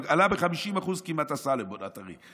אבל הסלמון הטרי עלה כמעט ב-50%.